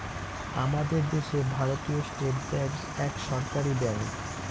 আমাদের দেশে ভারতীয় স্টেট ব্যাঙ্ক এক সরকারি ব্যাঙ্ক